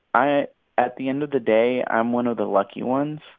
i at the end of the day, i'm one of the lucky ones